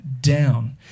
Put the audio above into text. down